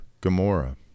gomorrah